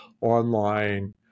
online